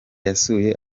yasuye